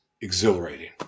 exhilarating